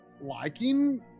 liking